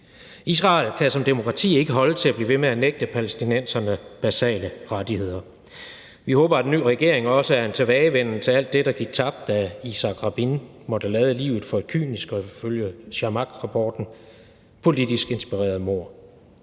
Israel kan som demokrati ikke holde til at blive ved med at nægte palæstinenserne basale rettigheder. Vi håber, at en ny regering også er en tilbagevenden til alt det, der gik tabt, da Yitzhak Rabin måtte lade livet for et kynisk og ifølge Shamgarrapporten politisk inspireret mord.